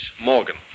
Morgan